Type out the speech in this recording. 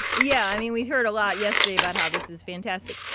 yeah. i mean, we heard a lot yesterday about how this is fantastic.